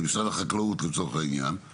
לצורך העניין, משרד החקלאות.